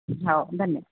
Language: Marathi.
हो धन्यवाद